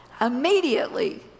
Immediately